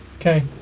Okay